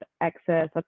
access